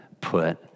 put